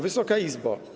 Wysoka Izbo!